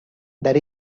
there